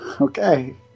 Okay